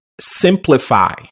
simplify